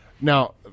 now